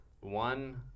One